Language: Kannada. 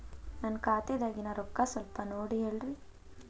ನನ್ನ ಖಾತೆದಾಗಿನ ರೊಕ್ಕ ಸ್ವಲ್ಪ ನೋಡಿ ಹೇಳ್ರಿ